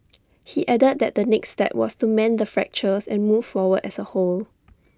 he added that the next step was to mend the fractures and move forward as A whole